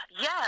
Yes